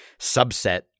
subset